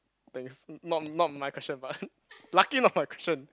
thanks not not not my question but lucky not my question